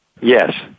Yes